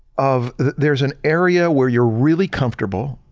of there's an area where you're really comfortable